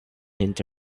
into